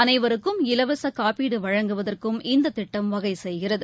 அனைவருக்கும் இலவச காப்பீடு வழங்குவதற்கும் இந்த திட்டம் வகை செய்கிறது